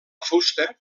fusta